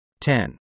10